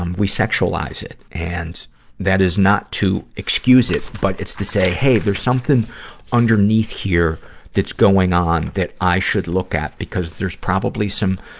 um we sexualize it. and that is not to excuse it, but it's to say, hey, there's something underneath here that's going on that i should look at, because there's probably some,